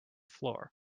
floor